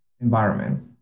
environments